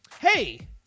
Hey